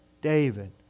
David